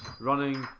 running